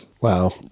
Wow